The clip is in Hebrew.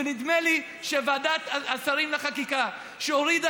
ונדמה לי שוועדת השרים לחקיקה שהורידה